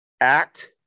Act